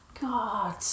God